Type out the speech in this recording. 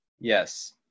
Yes